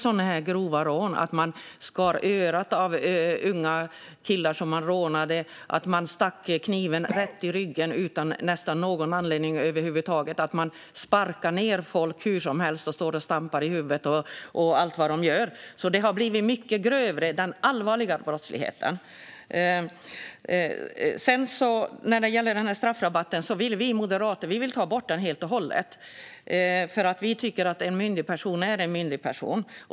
Det var inte så här grova rån, att man skär örat av unga killar man rånar, att man sticker kniven rakt in i ryggen nästan utan någon anledning över huvud taget, att man sparkar ned folk hur som helst och står och stampar dem i huvudet och allt vad man gör. Den allvarliga brottsligheten har blivit mycket grövre. När det gäller straffrabatten vill vi moderater ta bort den helt och hållet. Vi tycker att en myndig person är en myndig person.